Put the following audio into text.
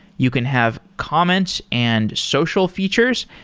you can have comments and social features,